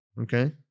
okay